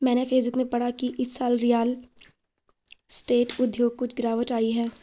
मैंने फेसबुक में पढ़ा की इस साल रियल स्टेट उद्योग कुछ गिरावट आई है